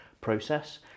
process